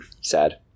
Sad